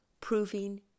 Proving